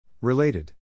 Related